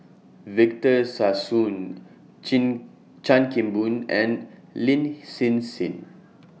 Victor Sassoon Chin Chan Kim Boon and Lin Hsin Hsin